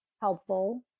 helpful